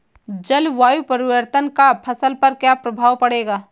जलवायु परिवर्तन का फसल पर क्या प्रभाव पड़ेगा?